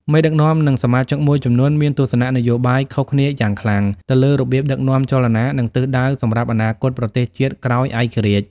មេដឹកនាំ និងសមាជិកមួយចំនួនមានទស្សនៈនយោបាយខុសគ្នាយ៉ាងខ្លាំងទៅលើរបៀបដឹកនាំចលនា និងទិសដៅសម្រាប់អនាគតប្រទេសជាតិក្រោយឯករាជ្យ។